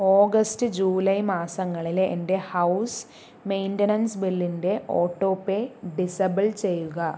August July മാസങ്ങളിലെ എൻ്റെ house maintenance ബില്ലിൻ്റെ ഓട്ടോപേ ഡിസബിൾ ചെയ്യുക